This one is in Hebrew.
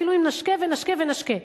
אפילו אם נשקה ונשקה ונשקה.